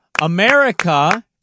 America